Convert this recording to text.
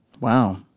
Wow